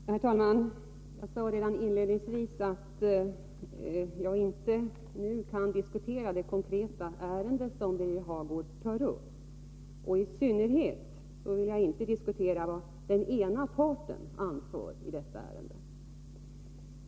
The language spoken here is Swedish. Herr talman! Jag sade redan inledningsvis att jag inte nu kan diskutera det konkreta ärende som Birger Hagård tar upp. I synnerhet vill jag inte diskutera vad den ena parten anför i detta ärende.